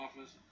office